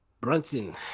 Brunson